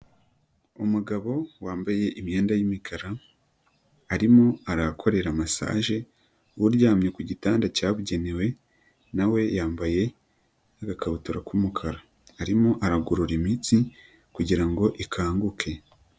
Umugabo wambaye imyenda y'imikara, arimo arakorera masaje uryamye ku gitanda cyabugenewe, na we yambaye agakabutura k'umukara, arimo aragorora imitsi kugira ngo ikanguke.